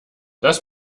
das